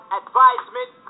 advisement